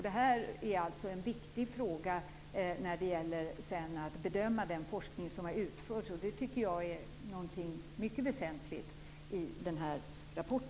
Detta är alltså en viktig fråga när man skall bedöma den forskning som har utförts. Det tycker jag är mycket väsentligt i denna rapport.